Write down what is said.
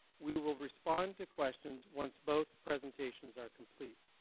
we will respond to questions once both presentations are complete.